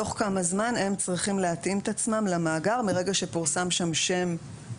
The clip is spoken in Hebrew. תוך כמה זמן הם צריכים להתאים את עצמם למאגר מרגע שפורסם שם חדש.